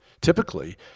typically